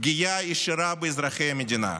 פגיעה ישירה באזרחי המדינה.